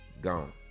gone